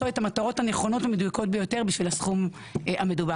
את המטרות הנכונות והמדויקות ביותר בשביל הסכום המדובר.